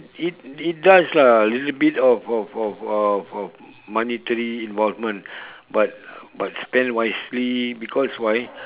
it it does lah a little bit of of of of of monetary involvement but but spend wisely because why